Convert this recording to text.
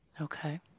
Okay